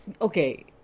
Okay